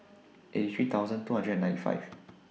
eighty three thousand two hundred and ninety five